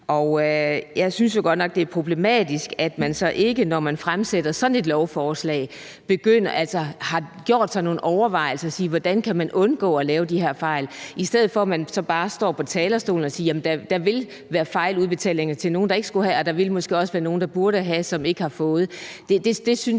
Jeg synes jo godt nok, det er problematisk, at man så ikke, når man fremsætter sådan et lovforslag, har gjort sig nogle overvejelser og spurgt sig selv, hvordan man kan undgå at lave de her fejl, i stedet for at man så bare står på talerstolen og siger, at der vil være fejludbetalinger til nogle, der ikke skulle have haft det, og at der måske også ville være nogle, der burde have fået